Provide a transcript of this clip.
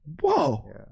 Whoa